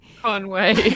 Conway